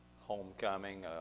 homecoming